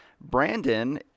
Brandon